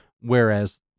whereas